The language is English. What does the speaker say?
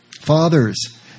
Fathers